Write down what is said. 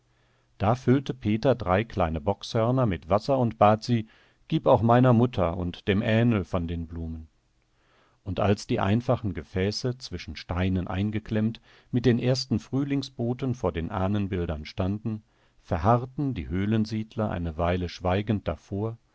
da füllte peter drei kleine bockshörner mit wasser und bat sie gib auch meiner mutter und dem ähnl von den blumen und als die einfachen gefäße zwischen steinen eingeklemmt mit den ersten frühlingsboten vor den ahnenbildern standen verharrten die höhlensiedler eine weile schweigend davor